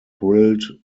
thrilled